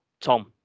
Tom